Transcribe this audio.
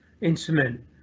instrument